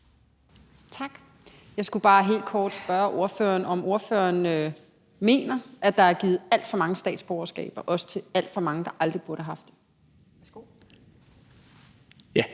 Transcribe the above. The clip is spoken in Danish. Tak. Jeg skulle bare helt kort spørge ordføreren, om ordføreren mener, at der er givet alt for mange statsborgerskaber, også til alt for mange, der aldrig burde have haft det? Kl.